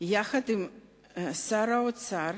יחד עם שר האוצר,